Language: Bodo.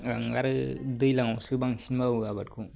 आं आरो दैलांआवसो बांसिन मावो आबादखौ